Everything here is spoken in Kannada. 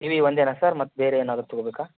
ಟಿ ವಿ ಒಂದೇಯ ಸರ್ ಮತ್ತೆ ಬೇರೆ ಏನಾದರು ತೊಗೊಳ್ಬೇಕಾ